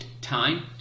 time